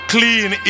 Clean